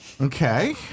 Okay